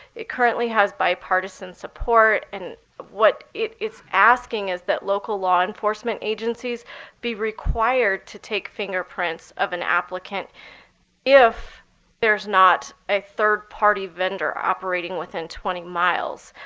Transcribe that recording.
it currently has bipartisan support, and what it's asking is that local law enforcement agencies be required to take fingerprints of an applicant if there is not a third party vendor operating within twenty miles.